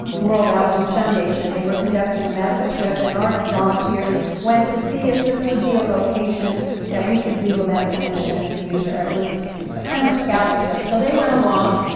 world outreach foundation, they were conducting a medical trip and our volunteers went to see if this would be a location that we could do a medical mission in the future. it was kind of a scouting trip. so they went along,